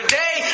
day